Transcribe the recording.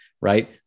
right